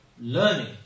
learning